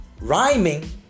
rhyming